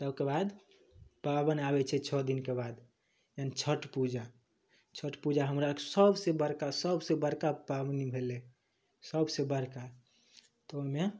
तबके बाद पाबनि आबै छै छओ दिनके बाद यानी छठ पूजा छठ पूजा हमरा आरके सबसे बड़का सबसे बड़का पाबनि भेलै सबसे बड़का तऽ ओहिमे